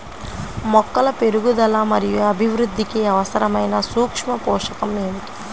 మొక్కల పెరుగుదల మరియు అభివృద్ధికి అవసరమైన సూక్ష్మ పోషకం ఏమిటి?